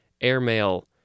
airmail